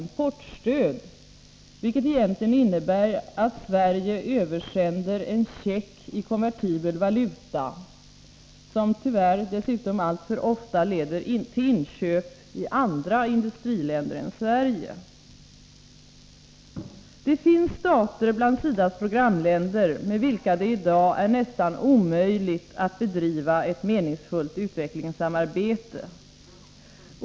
importstöd, vilket egentligen innebär att Sverige översänder en check i konvertibel valuta, som tyvärr dessutom alltför ofta leder till inköp i andra industriländer än Sverige. Det finns stater bland SIDA:s programländer med vilka det i dag är nästan omöjligt att bedriva ett meningsfullt utvecklingssamarbete.